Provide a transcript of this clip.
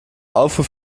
aufruf